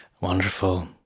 Wonderful